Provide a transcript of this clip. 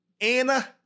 Anna